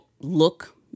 look